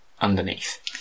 underneath